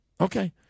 Okay